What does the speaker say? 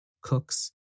cooks